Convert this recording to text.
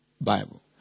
Bible